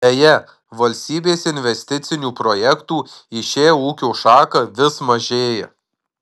deja valstybės investicinių projektų į šią ūkio šaką vis mažėja